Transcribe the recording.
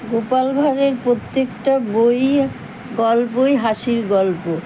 গোপাল ভাঁড়ের প্রত্যেকটা বই গল্পই হাসির গল্প